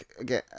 Okay